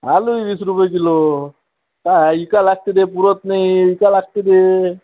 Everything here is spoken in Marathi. आलू हे वीस रुपये किलो हा विकावा लागतं ते पुरत नाही विकावा लागतं ते